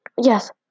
yes